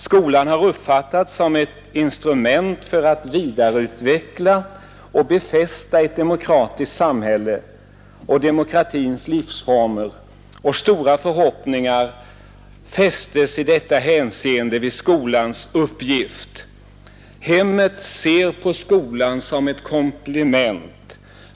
Skolan har uppfattats som ett instrument för att vidareutveckla och befästa ett demokratiskt samhälle och demokratins livsformer, och stora förhoppningar fästs i det hänseendet vid skolans uppgift. Hemmet ser på skolan som ett komplement.